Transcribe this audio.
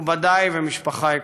מכובדיי ומשפחה יקרה,